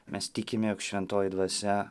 mes tikim jog šventoji dvasia